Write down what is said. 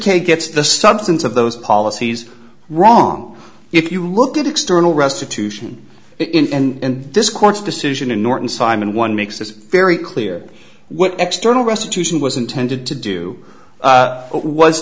kay gets the substance of those policies wrong if you look at external restitution in this court's decision in norton simon one makes this very clear what external restitution was intended to do